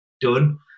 done